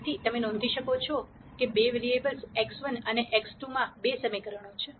તેથી તમે નોંધી શકો છો કે બે વેરીએબલ્સ x1 અને x 2 માં બે સમીકરણો છે